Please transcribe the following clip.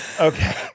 Okay